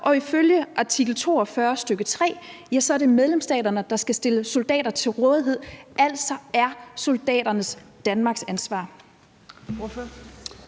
Og ifølge artikel 42, stk. 3 er det medlemsstaterne, der skal stille soldater til rådighed, altså er soldaterne Danmarks ansvar.